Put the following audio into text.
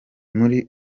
muri